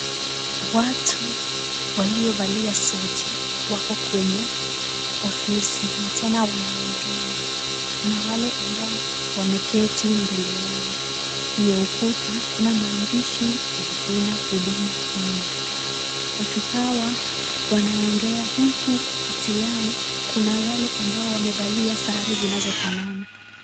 Watu waliovalia suti wako kwenye ofisi na tena wanaongea, kuna wale ambao wameketi mbele yao. kwenye ukuta, kuna maandishi ya jina huduma Kenya. Watu hawa wanaongea huku kati yao kuna wale ambao wamevalia sare zinazofanana.